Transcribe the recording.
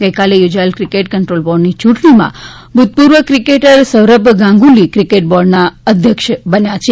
ગઇકાલે યોજાયેલી cricket control બોર્ડની યૂંટણીમાં ભૂતપૂર્વ ક્રિકેટર સૌરવ ગાંગુલી ક્રિકેટ બોર્ડના અધ્યક્ષ બન્યા છે